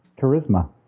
charisma